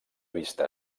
vista